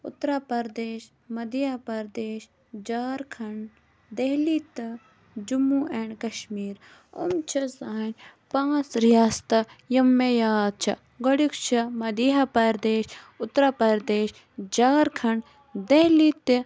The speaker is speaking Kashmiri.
اُترا پردیش مَدیا پردیش جارکھَنٛڈ دہلی تہٕ جمو ایٚنٛڈ کَشمیٖر یِم چھِ سٲنۍ پانٛژھ رِیاستہٕ یِم مےٚ یاد چھ گۄڈنِیُک چھ مَدیا پردیش اُترا پردیش جارکھَنٛڈ دہلی تہٕ